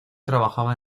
trabajaba